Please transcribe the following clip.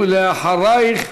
ואחרייך,